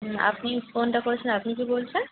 আপনি ফোনটা করেছেন আপনি কে বলছেন